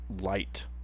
light